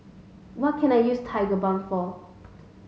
what can I use Tigerbalm for